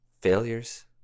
Failures